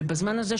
ובזמן הזה,